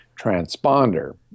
Transponder